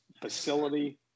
facility